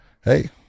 Hey